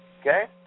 okay